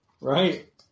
Right